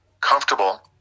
comfortable